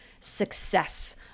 success